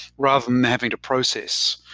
rather than having to process,